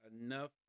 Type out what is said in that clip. enough